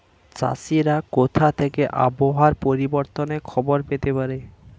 চাষিরা কোথা থেকে আবহাওয়া পরিবর্তনের খবর পেতে পারে?